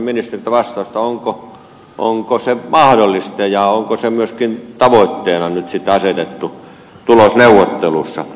nyt toivoisin ministeriltä vastausta onko se mahdollista ja onko se myöskin tavoitteeksi nyt sitten asetettu tulosneuvotteluissa